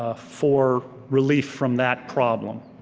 ah for relief from that problem,